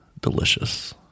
delicious